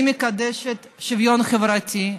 אני מקדשת שוויון חברתי.